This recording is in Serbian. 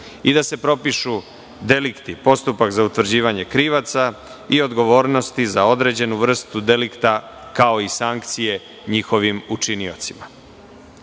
i da se propišu delikti, postupak za utvrđivanje krivaca i odgovornosti za određenu vrstu delikta, kao i sankcije njihovim učiniocima. Prekršajni